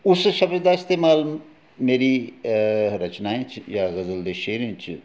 उस शब्द दा इस्तेमाल मेरी रचनाएं च जां गजल दे शेयरें च